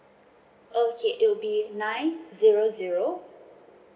okay it will be nine zero zero